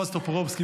בועז טופורובסקי,